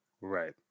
Right